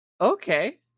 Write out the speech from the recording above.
Okay